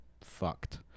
fucked